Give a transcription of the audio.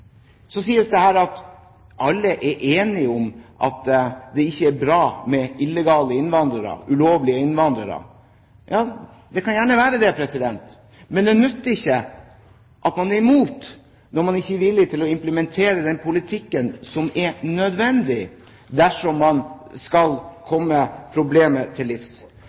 Så sies det her at alle er enige om at det ikke er bra med illegale innvandrere. Det kan gjerne være det, men det nytter ikke at man er imot når man ikke er villig til å implementere den politikken som er nødvendig dersom man skal komme problemet til livs.